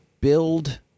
build